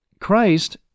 Christ